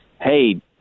hey